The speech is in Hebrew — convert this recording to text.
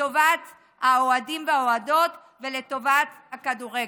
לטובת האוהדים והאוהדות ולטובת הכדורגל.